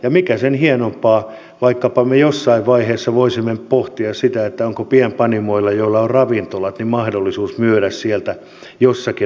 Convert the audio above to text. ja mikä sen hienompaa kuin se että me voisimme vaikkapa jossain vaiheessa pohtia sitä onko pienpanimoilla joilla on ravintola mahdollisuus myydä sieltä jossakin rajoitetussa määrin